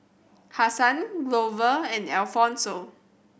Hassan Glover and Alfonso